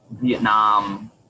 Vietnam